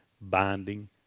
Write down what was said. binding